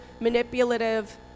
manipulative